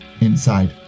inside